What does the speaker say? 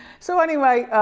so anyway,